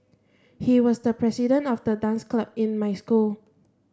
he was the president of the dance club in my school